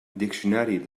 diccionari